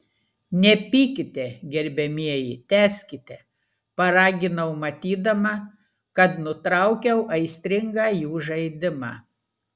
nepykite gerbiamieji tęskite paraginau matydama kad nutraukiau aistringą jų žaidimą